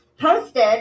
posted